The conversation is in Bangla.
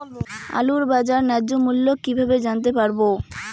আলুর বাজার ন্যায্য মূল্য কিভাবে জানতে পারবো?